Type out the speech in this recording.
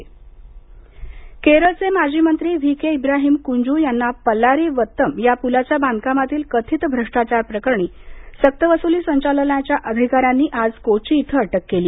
अटक केरळचे माजी मंत्री व्ही के इब्राहीम कुंजू यांना पलारी वत्तम या पुलाच्या बांधकामातील कथित भ्रष्टाचार प्रकरणी सक्तवसुली संचालनालयाच्या अधिकाऱ्यांनी आज कोची इथ अटक केली